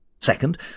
Second